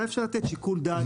אולי אפשר לתת שיקול דעת.